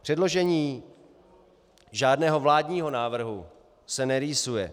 Předložení žádného vládního návrhu se nerýsuje.